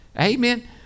Amen